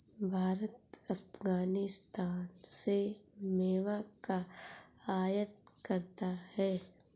भारत अफगानिस्तान से मेवा का आयात करता है